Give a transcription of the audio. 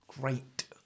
Great